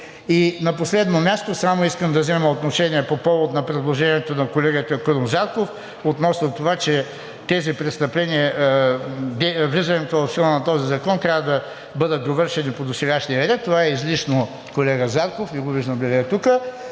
И на последно място, само искам да взема отношение по повод на предложенията на колегата Крум Зарков относно това, че тези престъпления, влизането в сила на този закон, трябва да бъдат довършени по досегашния ред. Това е излишно, колега Зарков, защото има